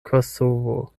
kosovo